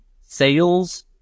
sales